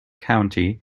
county